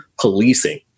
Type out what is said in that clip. policing